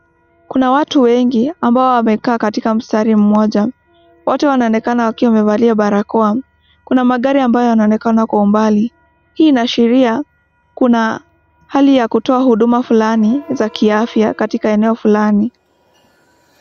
Kuna watu wengi ambao wamekaa katika mstari mmoja. Wote wanaonekana wakiwa wamevalia barakoa. Kuna magari ambayo yanaonekana kwa umbali. Hii inaashiria kuna hali ya kutoa huduma fulani za kiafya katika eneo fulani.